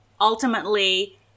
Ultimately